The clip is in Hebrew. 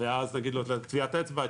ואז נגיד לו טביעת אצבע,